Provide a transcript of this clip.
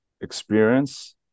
experience